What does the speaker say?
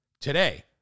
Today